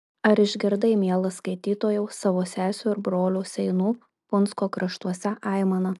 ar išgirdai mielas skaitytojau savo sesių ir brolių seinų punsko kraštuose aimaną